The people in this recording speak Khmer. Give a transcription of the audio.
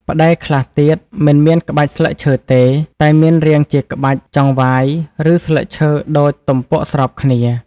ផ្តែរខ្លះទៀតមិនមានក្បាច់ស្លឹកឈើទេ តែមានរាងជាក្បាច់ចង្វាយឬស្លឹកឈើដូចទម្ពក់ស្របគ្នា។